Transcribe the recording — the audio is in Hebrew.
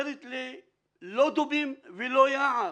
אומרת לי, לא דובים ולא יער,